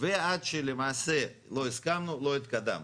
ועד שלמעשה לא הסכמנו לא התקדמנו.